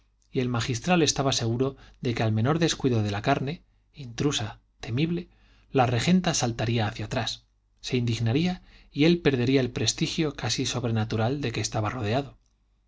el magistral estaba seguro de que al menor descuido de la carne intrusa temible la regenta saltaría hacia atrás se indignaría y él perdería el prestigio casi sobrenatural de que estaba rodeado